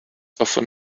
often